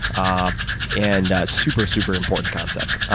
ah and super, super important concept. ah